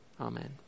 amen